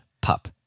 pup